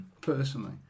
Personally